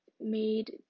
made